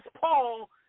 Paul